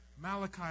Malachi